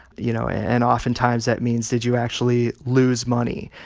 you know, and oftentimes, that means, did you actually lose money?